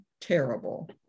terrible